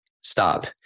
stop